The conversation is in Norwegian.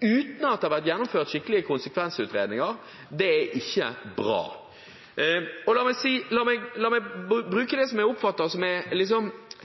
uten at det har vært gjennomført skikkelige konsekvensutredninger, og det er ikke bra. La meg bruke det jeg oppfatter som